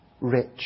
rich